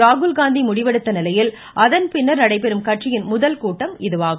ராகுல்காந்தி முடிவெடுத்த நிலையில் அதன் பின்னர் நடைபெறும் கட்சியின் முதல் கூட்டம் இதுவாகும்